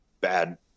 bad